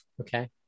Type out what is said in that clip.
Okay